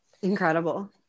incredible